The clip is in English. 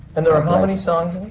and there are how many songs